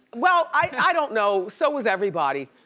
well, i don't know. so was everybody.